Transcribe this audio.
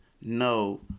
No